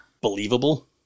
Believable